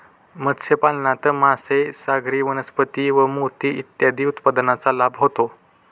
मत्स्यपालनात मासे, सागरी वनस्पती व मोती इत्यादी उत्पादनांचा लाभ होतो